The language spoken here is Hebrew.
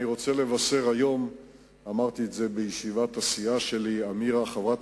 אני רוצה לבשר שהיום בישיבת הסיעה שלי נפרדנו מחברת